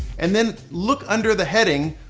and then look under the heading